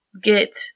get